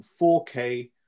4K